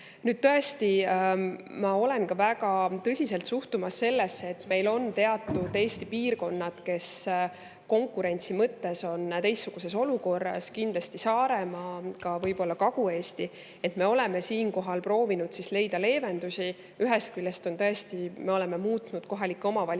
Tõesti, ma suhtun väga tõsiselt sellesse, et meil on teatud Eesti piirkonnad, kes konkurentsi mõttes on teistsuguses olukorras: kindlasti Saaremaa, võib-olla ka Kagu-Eesti. Me oleme siinkohal proovinud leida leevendusi. Ühest küljest, tõesti, me oleme muutnud kohalike omavalitsuste